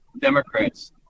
Democrats